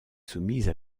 soumise